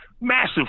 massive